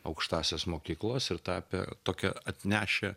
aukštąsias mokyklas ir tapę tokia atnešę